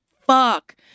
fuck